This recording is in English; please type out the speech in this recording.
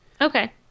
okay